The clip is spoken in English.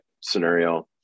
scenario